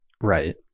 Right